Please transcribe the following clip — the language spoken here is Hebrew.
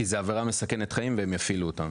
כי זו עבירה מסכנת חיים והם יפעילו אותם.